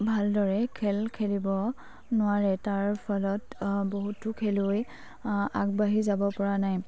ভালদৰে খেল খেলিব নোৱাৰে তাৰ ফলত বহুতো খেলুৱৈ আগবাঢ়ি যাব পৰা নাই